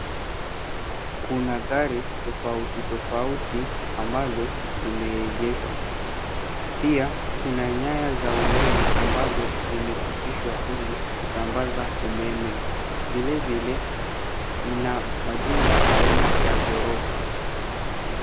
Kuna gari tofautitofauti ambazo zimeegeshwa. Pia kuna nyaya za umeme ambazo zimepitishwa ili kusambaza umeme. Vilevile, mna majumba aina ya ghorofa.